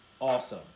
awesome